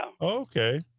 Okay